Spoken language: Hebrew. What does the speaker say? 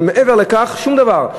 אבל מעבר לכך שום דבר.